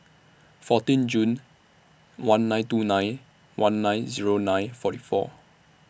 fourteen June one nine two nine one nine Zero nine forty four